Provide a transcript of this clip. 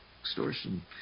extortion